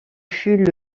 fut